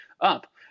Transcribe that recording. up